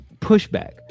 pushback